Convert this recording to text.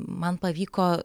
man pavyko